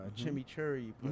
chimichurri